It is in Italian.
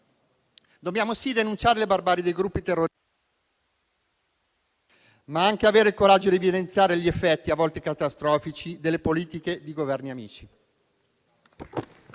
Dobbiamo, sì, denunciare le barbarie dei gruppi terroristici, ma anche avere il coraggio di evidenziare gli effetti, a volte catastrofici, delle politiche di Governi amici.